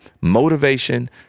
motivation